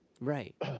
Right